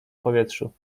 powietrzu